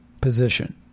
position